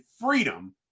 freedom